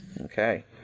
Okay